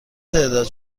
تعداد